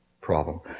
problem